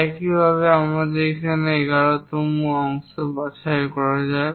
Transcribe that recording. একইভাবে আমাদের এখানে 11 তম অংশ বাছাই করা যাক